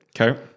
Okay